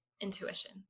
intuition